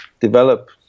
develop